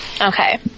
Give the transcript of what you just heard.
Okay